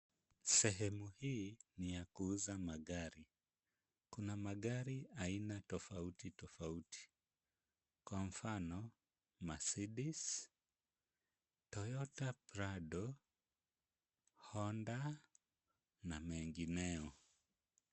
Sehemu hii ni ya kuuza magari. Kuna magari aina tofautu tofauti, kwa mfano maceedez, toyota prado, honda na mengineyo.